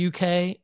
UK